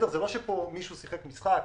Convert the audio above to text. זה לא שפה מישהו שיחק משחק,